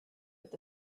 with